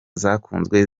zakunzwe